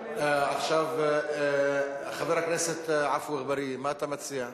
עכשיו, חבר הכנסת עפו אגבאריה, מה אתה מציע?